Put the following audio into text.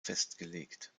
festgelegt